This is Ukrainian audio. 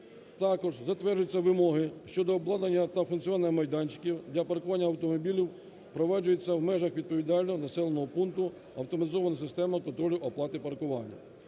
Також затверджуються вимоги щодо обладнання та функціонування майданчиків для паркування автомобілів, впроваджується в межах відповідально населеного пункту автоматизована система контролю оплати паркування.